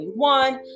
2021